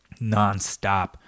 nonstop